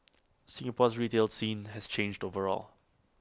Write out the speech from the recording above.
Singapore's retail scene has changed overall